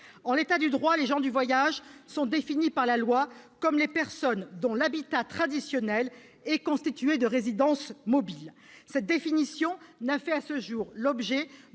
En l'état du droit, les gens du voyage sont définis par la loi comme les personnes dont l'habitat traditionnel est constitué de résidences mobiles. À ce jour, cette définition n'a fait l'objet